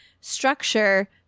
structure